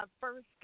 first